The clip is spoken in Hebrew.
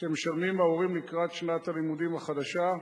שההורים משלמים לקראת שנת הלימודים החדשה.